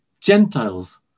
Gentiles